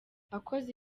akoze